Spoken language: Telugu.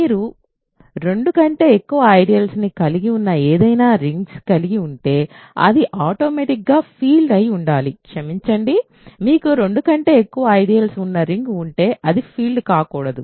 మీరు రెండు కంటే ఎక్కువ ఐడియల్స్ ను కలిగి ఉన్న ఏదైనా రింగ్స్ కలిగి ఉంటే అది ఆటోమేటిక్ గా ఫీల్డ్ అయి ఉండాలి క్షమించండి మీకు రెండు కంటే ఎక్కువ ఐడియల్స్ ఉన్న రింగ్ ఉంటే అది ఫీల్డ్ కాకూడదు